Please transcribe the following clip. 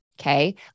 Okay